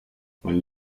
mein